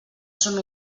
són